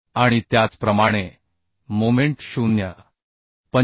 आणि त्याचप्रमाणे मोमेंट 0